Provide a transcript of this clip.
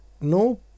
no